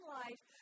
life